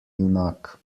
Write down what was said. junak